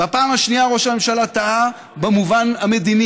בפעם השנייה ראש הממשלה טעה במובן המדיני,